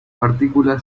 partícula